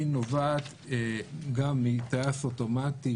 היא נובעת גם מטייס אוטומטי